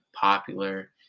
popular